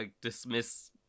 dismiss